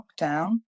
lockdown